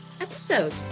episode